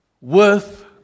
worth